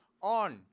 On